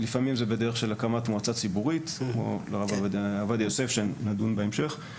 לפעמים זה בדרך של הקמת מועצה ציבורית כמו הרב עובדיה יוסף שנדון בהמשך,